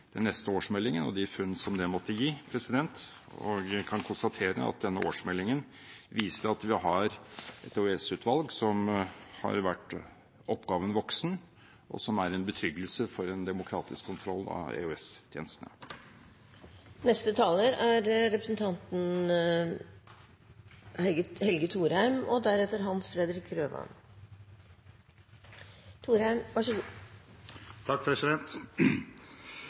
den neste årsmeldingen og de funn som den måtte gi. Jeg kan konstatere at denne årsmeldingen viser at vi har et EOS-utvalg som har vært oppgaven voksen, noe som er en betryggelse for en demokratisk kontroll av EOS-tjenestene. Det er